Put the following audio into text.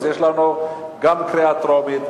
אז יש לנו גם קריאה טרומית,